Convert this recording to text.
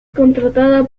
contratada